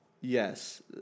yes